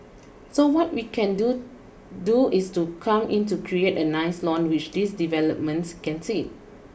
so what we can do do is to come in to create a nice lawn which these developments can sit